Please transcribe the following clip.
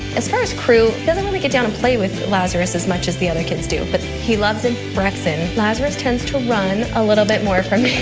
as far as krew, he doesn't really get down and play with lazarus as much as the other kids do. but he loves him. brexsen, lazarus tends to run a little bit more from him.